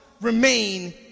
remain